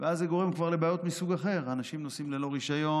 ואז זה גורם כבר לבעיות מסוג אחר: אנשים נוסעים ללא רישוי,